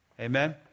Amen